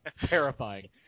terrifying